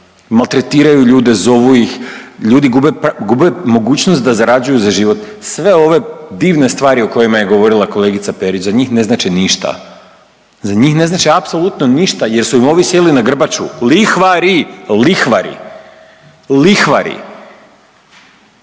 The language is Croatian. maltretiraju ljude, zovu ih, ljudi gube, gube mogućnost da zarađuju za život. Sve ove divne stvari o kojima je govorila kolegica Perić za njih ne znače ništa, za njih ne znače apsolutno ništa jer su im ovi sjeli na grbaču, lihvari, lihvari, lihvari,